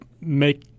make –